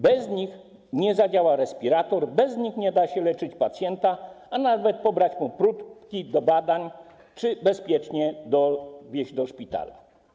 Bez nich nie zadziała respirator, bez nich nie da się leczyć pacjenta, a nawet pobrać mu próbki do badań czy bezpiecznie dowieźć do szpitala.